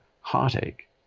heartache